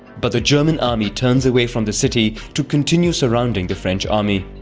but the german army turns away from the city to continue surrounding the french army.